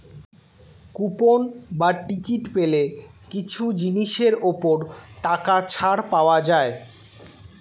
coupon বা ticket পেলে কিছু জিনিসের ওপর টাকা ছাড় পাওয়া যায়